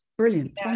Brilliant